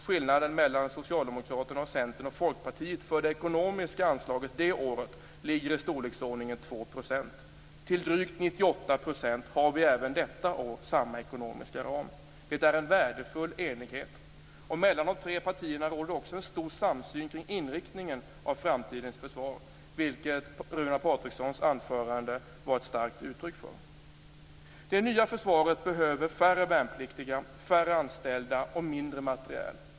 Skillnaden mellan Socialdemokraterna och Centern och Folkpartiet för det ekonomiska anslaget det året ligger i storleksordningen 2 %. Till drygt 98 % har vi även detta år samma ekonomiska ram. Det är en värdefull enighet. Mellan de tre partierna råder det också en stor samsyn kring inriktningen av framtidens försvar, vilket Runar Patrikssons anförande var ett starkt uttryck för. Det nya försvaret behöver färre värnpliktiga, färre anställda och mindre materiel.